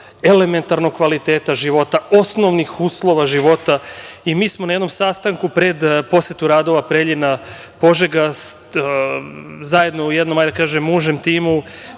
elementarnog kvaliteta života, osnovnih uslova života. Mi smo na jednom sastanku pred posetu radova Preljina-Požega zajedno u jednom užem timu